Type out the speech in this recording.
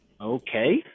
Okay